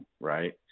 right